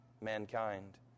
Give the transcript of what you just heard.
mankind